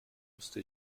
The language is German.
musste